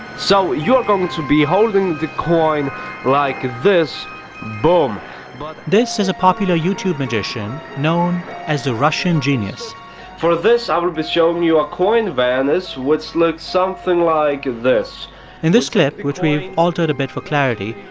so you're going to be holding the coin like this boom but this is a popular youtube magician known as the russian genius for this, i will be showing you a coin vanish, which looks something like this in this clip, which we've altered a bit for clarity,